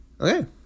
Okay